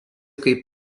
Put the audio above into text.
kaip